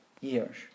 years